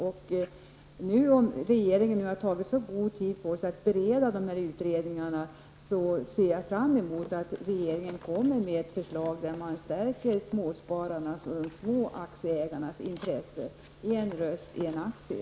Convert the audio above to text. Om regeringen har tagit så god tid på sig att bereda dessa utredningar, ser jag fram emot att regeringen kommer med ett förslag där småspararna och de små aktieägarnas intressen stärks. En röst -- en aktie.